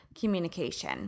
communication